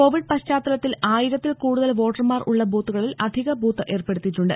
Covid പശ്ചാത്തലത്തിൽ ആയിരത്തിൽ കൂടുതൽ വോട്ടർമാർ ഉള്ള ബൂത്തുകളിൽ അധിക ബൂത്ത് ഏർപ്പെടുത്തിയിട്ടുണ്ട്